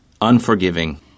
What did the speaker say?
Unforgiving